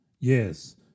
Yes